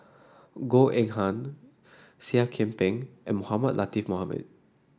Goh Eng Han Seah Kian Peng and Mohamed Latiff Mohamed